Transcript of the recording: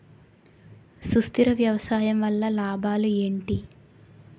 సుస్థిర వ్యవసాయం వల్ల లాభాలు ఏంటి?